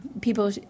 People